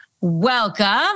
welcome